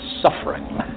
suffering